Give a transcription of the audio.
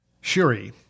Shuri